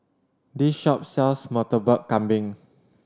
this shop sells Murtabak Kambing